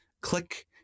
click